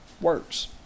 works